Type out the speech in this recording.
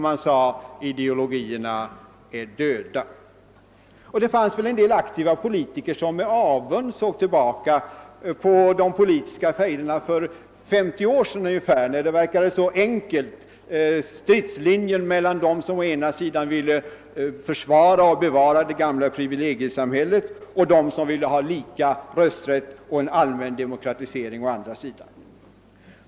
Man sade: »Ideologierna är döda«. Det fanns väl en del aktiva politiker som med avund såg tillbaka på de politiska fejderna för ungefär 50 år sedan, när allt verkade så enkelt och stridslinjen gick mellan å ena sidan dem som ville försvara och bevara det gamla privilegiesamhället och å andra sidan dem som ville ha lika rösträtt och en allmän demokratisering.